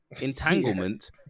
entanglement